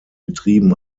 betrieben